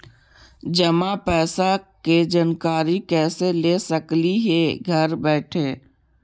जमा पैसे के जानकारी कैसे ले सकली हे घर बैठे?